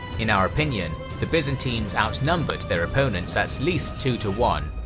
in our opinion, the byzantines outnumbered their opponents at least two to one,